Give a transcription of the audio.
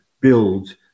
build